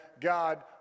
God